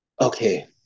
okay